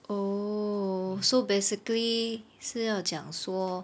oh so basically 是要讲说